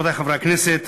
רבותי חברי הכנסת,